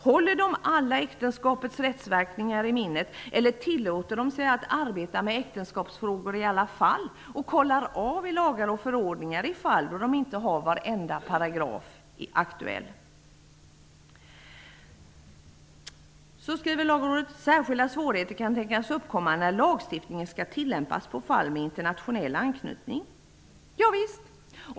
Håller de alla äktenskapets rättsverkningar i minnet, eller tillåter de sig att arbeta med äktenskapsfrågor i alla fall och kontrollerar i lagar och förordningar då de inte har varenda paragraf aktuell? Lagråder skriver: Särskilda svårigheter kan tänkas uppkomma när lagstiftningen skall tillämpas på fall med internationell anknytning. Ja visst!